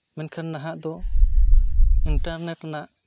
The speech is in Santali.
ᱢᱮᱱᱠᱷᱟᱱ ᱱᱟᱦᱟᱜ ᱫᱚ ᱤᱱᱴᱟᱨᱱᱮᱴ ᱨᱮᱱᱟᱜ